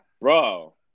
Bro